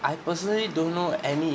I personally don't know any